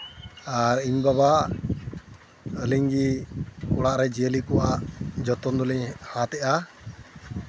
ᱟᱨ ᱤᱧ ᱵᱟᱵᱟᱣᱟᱜ ᱟᱹᱞᱤᱧ ᱜᱮ ᱚᱲᱟᱜ ᱨᱮ ᱡᱤᱭᱟᱹᱞᱤ ᱠᱚᱣᱟᱜ ᱡᱚᱛᱚᱱ ᱫᱚᱞᱤᱧ ᱦᱟᱛ ᱮᱜᱼᱟ